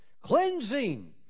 cleansing